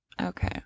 Okay